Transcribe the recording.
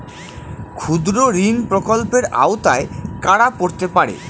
ক্ষুদ্রঋণ প্রকল্পের আওতায় কারা পড়তে পারে?